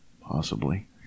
Possibly